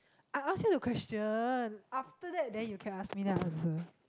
I ask you the question after that then you can ask me then I will answer